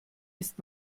ist